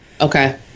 Okay